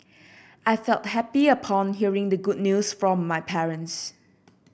I felt happy upon hearing the good news from my parents